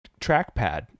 trackpad